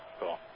Cool